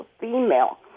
female